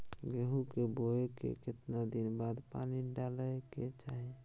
गेहूं के बोय के केतना दिन बाद पानी डालय के चाही?